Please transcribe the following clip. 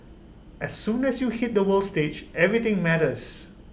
as soon as you hit the world stage everything matters